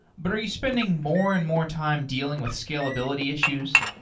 but are you spending more and more time dealing with scalability issues?